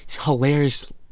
hilarious